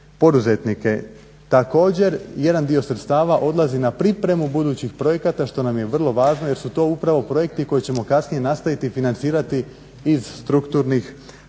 Također jedan dio sredstava odlazi na pripremu budućih projekata što nam je vrlo važno jer su to upravo projekti koje ćemo kasnije nastaviti financirati iz strukturnih fondova